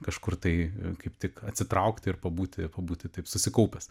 kažkur tai kaip tik atsitraukti ir pabūti pabūti taip susikaupęs